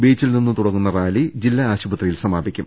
ബീച്ചിൽ നിന്ന് തുടങ്ങുന്ന റാലി ജില്ലാ ആശുപത്രിയിവ് സമാപിക്കും